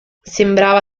sembrava